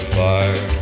fire